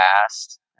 past